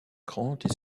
grands